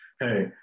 hey